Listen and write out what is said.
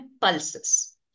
pulses